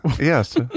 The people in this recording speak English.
yes